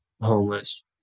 homeless